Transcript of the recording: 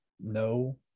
no